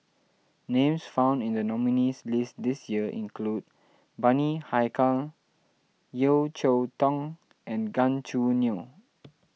names found in the nominees' list this year include Bani Haykal Yeo Cheow Tong and Gan Choo Neo